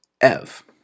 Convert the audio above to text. Ev